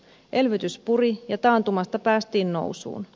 elvytys puri ja taantumasta päästiin nousuun